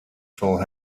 for